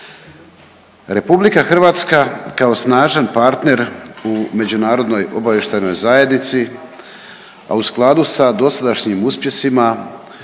RH kao snažan partner u međunarodnoj obavještajnoj zajednici, a u skladu sa dosadašnjim uspjesima